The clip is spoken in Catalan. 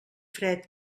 fred